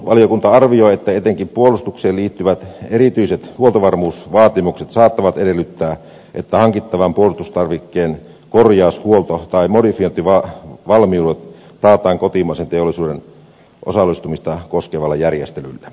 puolustusvaliokunta arvioi että etenkin puolustukseen liittyvät erityiset huoltovarmuusvaatimukset saattavat edellyttää että hankittavan puolustustarvikkeen korjaus huolto ja modifiointivalmiudet taataan kotimaisen teollisuuden osallistumista koskevalla järjestelyllä